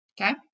Okay